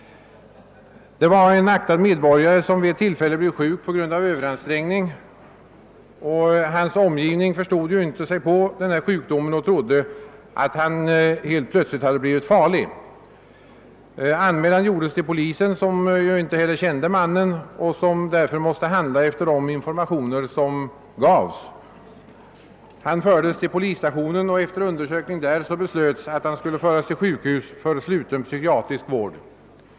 En aktad medborgare blev vid ett tillfälle sjuk på grund av överansträngning. Hans omgivning förstod sig inte på sjukdomen och trodde, att han helt plötsligt hade blivit farlig. Anmälan gjordes till polisen, som inte heller kände mannen och som måste handla efter de informationer som gavs. Han fördes till polisstationen och efter undersökning där beslöts, att han skulle föras till sjukhus för sluten psykiatrisk vård.